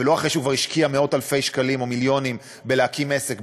ולא אחרי שהוא כבר השקיע מאות-אלפי שקלים או מיליונים בהקמת עסק,